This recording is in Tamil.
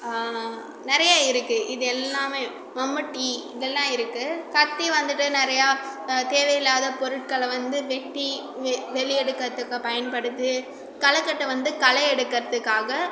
நிறையா இருக்கு இது எல்லாமே மம்பட்டி இதெல்லாம் இருக்கு கத்தி வந்துவிட்டு நிறையா தேவையில்லாத பொருட்களை வந்து வெட்டி வெ வெளியே எடுக்கறதுக்கு பயன்படுது களைக்கட்டு வந்து களை எடுக்கறதுக்காக